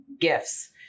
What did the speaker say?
gifts